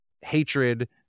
hatred